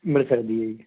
ਮਿਲ ਸਕਦੀ ਹੈ ਜੀ